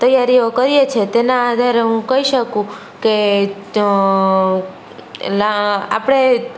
તૈયારીઓ કરીએ છીએ તેના આધારે હું કહી શકું કે તો આપણે